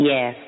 Yes